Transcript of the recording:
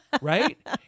Right